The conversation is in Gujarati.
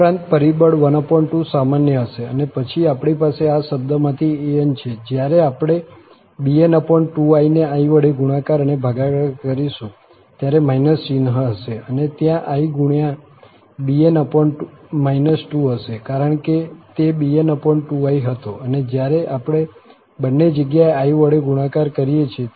ઉપરાંત પરિબળ 12 સામાન્ય હશે અને પછી આપણી પાસે આ શબ્દમાંથી an છે અને જ્યારે આપણે bn2i ને i વડે ગુણાકાર અને ભાગાકાર કરીશું ત્યારે ચિહ્ન હશે અને ત્યાં i ગુણ્યા bn 2 હશે કારણ કે તે bn2i હતો અને જ્યારે આપણે બંને જગ્યાએ i વડે ગુણાકાર કરીએ છીએ